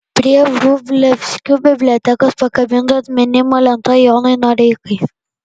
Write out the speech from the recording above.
prie vrublevskių bibliotekos pakabinta atminimo lenta jonui noreikai